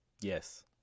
Yes